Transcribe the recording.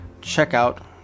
checkout